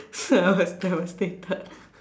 I was devastated